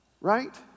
Right